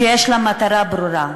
שיש לה מטרה ברורה,